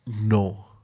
No